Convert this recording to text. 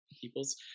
peoples